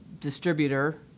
distributor